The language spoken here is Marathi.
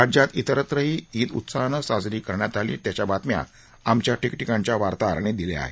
राज्यात तिरत्रही ईद उत्साहाने साजरी करण्यात आली त्याच्या बातम्या आमच्या ठिकटिकाणच्या वार्ताहरांनी दिल्या आहेत